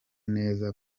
neza